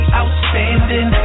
outstanding